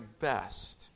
best